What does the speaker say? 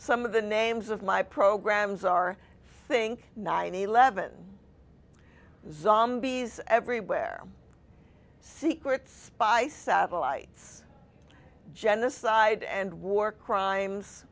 some of the names of my programs are thing nine eleven zombies everywhere secret spy satellites genocide and war crimes